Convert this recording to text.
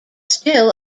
still